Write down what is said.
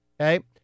okay